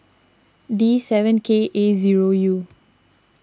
D seven K A zero U